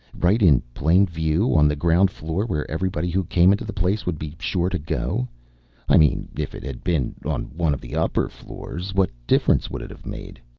right in plain view on the ground floor, where everybody who came into the place would be sure to go i mean if it had been on one of the upper floors, what difference would it have made?